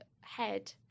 head